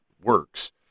works